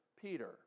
Peter